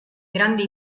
grandi